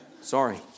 sorry